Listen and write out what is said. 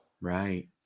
Right